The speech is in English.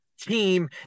team